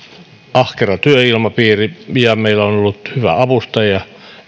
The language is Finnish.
ahkera työilmapiiri ja meillä on ollut hyvä avustaja